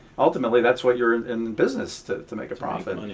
ultimately that's what you're in business, to to make a profit.